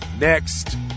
next